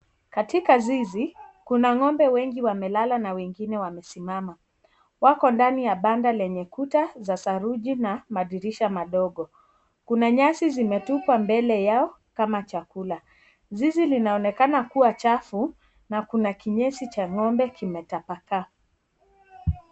Katika zizi kuna ng'ombe wengi wamelala na wengine wamesimama, wako ndani ya banda lenye kuta za saruji na madirisha madogo, kuna nyasi zimetupwa mbele yao kama chakula, zizi linaonekana kuwa chafu na kuna kinyesi cha ng'ombe kimetapakaa.